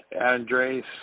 Andres